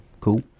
Cool